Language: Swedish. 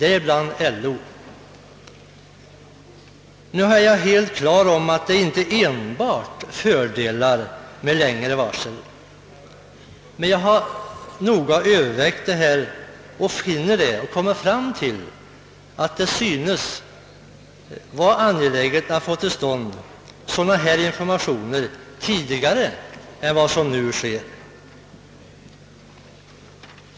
Jag är helt klar över att det inte är enbart fördelar med längre varsel, men jag har noga övervägt detta och kommer fram till att det synes vara angeläget att få till stånd informationer av detta slag tidigare än vad som nu sker.